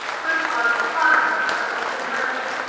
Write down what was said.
which was fluttering like a thin ribbon.